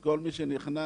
כל מי שנכנס,